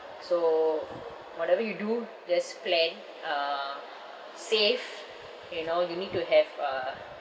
so whatever you do just plan uh save you know you need to have a